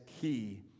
key